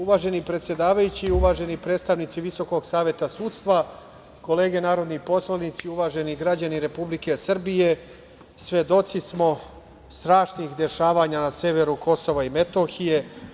Uvaženi predsedavajući, uvaženi predstavnici Visokog saveta sudstva, kolege narodni poslanici, uvaženi građani Republike Srbije, svedoci smo strašnih dešavanja na severu Kosova i Metohije.